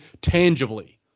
tangibly